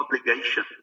obligation